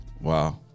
Wow